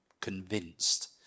convinced